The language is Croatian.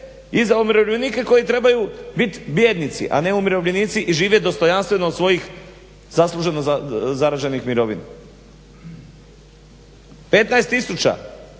i za umirovljenike koji trebaju biti bijednici, a ne umirovljenici i živjet dostojanstveno od svojih zasluženo zarađenih mirovina. 15